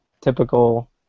typical